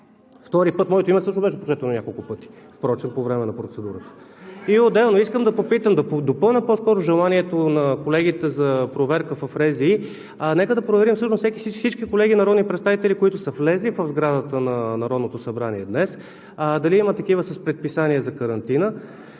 Втория път моето име също беше прочетено няколко пъти впрочем по време на процедурата. Отделно искам да попитам, по-скоро да допълня желанието на колегите, за проверка в РЗИ: нека да проверим всъщност всички колеги народни представители, които са влезли в сградата на Народното събрание днес, дали има такива с предписание за карантина?